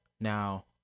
Now